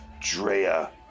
Drea